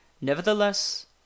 nevertheless